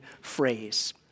phrase